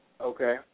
Okay